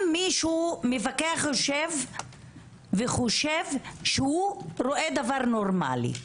מפקח יושב וחושב שהוא רואה דבר נורמלי,